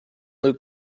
luc